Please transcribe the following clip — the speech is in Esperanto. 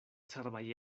cerbaj